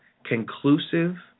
conclusive